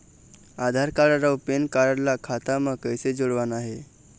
आधार card अऊ pan card ला खाता म कइसे जोड़वाना हे?